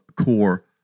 Core